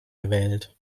gewählt